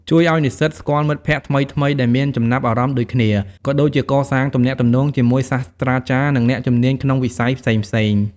ជួយឱ្យនិស្សិតស្គាល់មិត្តភក្តិថ្មីៗដែលមានចំណាប់អារម្មណ៍ដូចគ្នា ក៏ដូចជាកសាងទំនាក់ទំនងជាមួយសាស្ត្រាចារ្យ និងអ្នកជំនាញក្នុងវិស័យផ្សេងៗ។